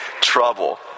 trouble